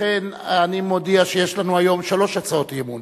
לכן אני מודיע שיש לנו היום שלוש הצעות אי-אמון.